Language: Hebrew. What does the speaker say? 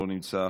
לא נמצא,